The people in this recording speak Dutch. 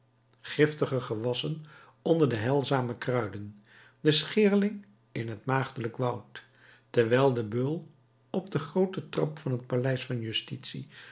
giftige gewassen onder de heilzame kruiden de scheerling in het maagdelijk woud terwijl de beul op de groote trap van het paleis van justitie